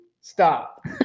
Stop